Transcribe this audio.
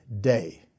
day